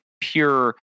pure